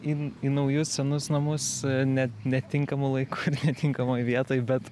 į į naujus senus namus ne netinkamu laiku ir netinkamoj vietoj bet